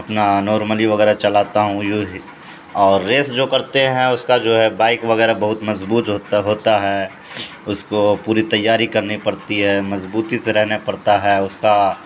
اپنا نارملی وغیرہ چلاتا ہوں ی اور ریس جو کرتے ہیں اس کا جو ہے بائک وغیرہ بہت مضبوط ہوتا ہوتا ہے اس کو پوری تیاری کرنی پڑتی ہے مضبوطی سے رہنا پڑتا ہے اس کا